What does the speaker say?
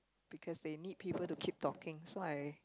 because they need people to keep talking so I